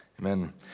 Amen